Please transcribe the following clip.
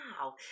Wow